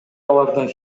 алардын